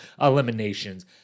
eliminations